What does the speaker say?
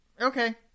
okay